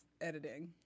editing